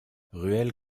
ruelle